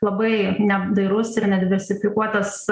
labai neapdairus ir nedifersifikuotas